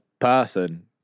person